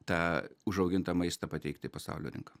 tą užaugintą maistą pateikti į pasaulio rinka